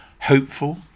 hopeful